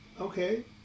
Okay